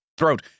throat